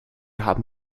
haben